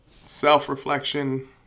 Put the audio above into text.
Self-reflection